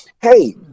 Hey